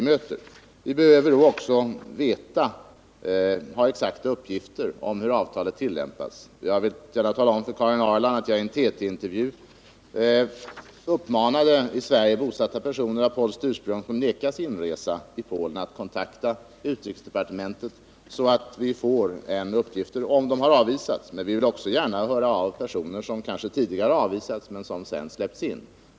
Vi behöver då ha exakta uppgifter om hur avtalet tillämpas. Jag vill gärna tala om för Karin Ahrland att jag i en TT-intervju uppmanade i Sverige bosatta personer av polskt ursprung som vägrats inresa i Polen att kontakta utrikesdepartementet, så att vi får besked om att de har avvisats. Men vi vill också gärna höra av personer som tidigare har avvisats men sedan har släppts in.